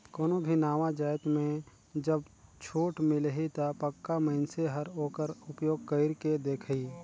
कोनो भी नावा जाएत में जब छूट मिलही ता पक्का मइनसे हर ओकर उपयोग कइर के देखही